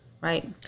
Right